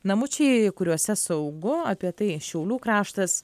namučiai kuriuose saugu apie tai šiaulių kraštas